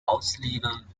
auslegen